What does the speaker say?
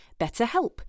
BetterHelp